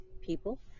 people